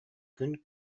күн